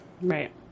Right